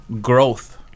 growth